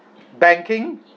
banking